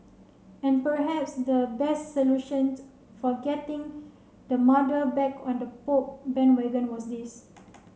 and perhaps the best solutions for getting the mother back on the Poke bandwagon was this